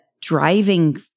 driving